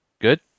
Good